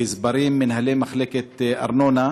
גזברים ומנהלי מחלקת ארנונה,